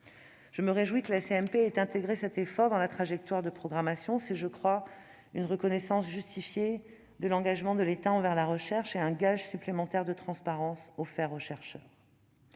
mixte paritaire ait intégré cet effort dans la trajectoire de la programmation. C'est, je crois, la reconnaissance justifiée de l'engagement de l'État envers la recherche et un gage supplémentaire de transparence offert aux chercheurs.